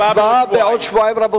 הצבעה בעוד שבועיים.